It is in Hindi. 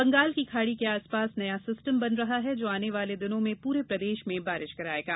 बंगाल की खाड़ी के आसपास नया सिस्टम बन रहा है जो आने वाले दिनों में पूरे प्रदेश में बारिश करायेगा